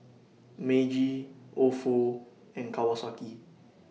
Meiji Ofo and Kawasaki